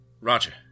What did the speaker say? Roger